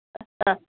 ಹಾಂ ಹಾಂ